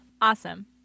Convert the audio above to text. Awesome